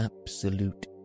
absolute